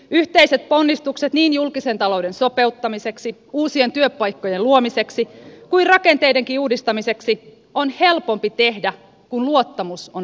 yhteiset ponnistukset niin julkisen talouden sopeuttamiseksi uusien työpaikkojen luomiseksi kuin rakenteidenkin uudistamiseksi on helpompi tehdä kun luottamus on vahvaa